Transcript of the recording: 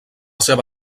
seva